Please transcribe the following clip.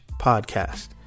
podcast